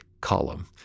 column